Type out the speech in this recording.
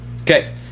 Okay